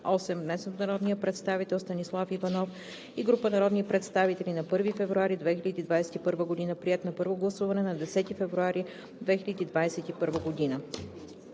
внесен от народния представител Станислав Иванов и група народни представители на 1 февруари 2021 г., приет на първо гласуване на 10 февруари 2021 г.